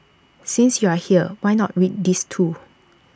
since you are here why not read these too